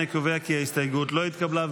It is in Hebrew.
אני קובע כי ההסתייגות לא התקבלה.